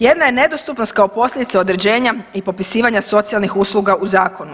Jedna je nedostupnost kao posljedica određenja i popisivanja socijalnih usluga u zakonu.